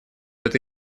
это